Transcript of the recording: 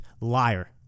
liar